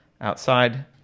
outside